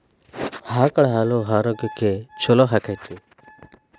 ಆಕಳ ಹಾಲು ಆರೋಗ್ಯಕ್ಕೆ ಛಲೋ ಆಕ್ಕೆತಿ?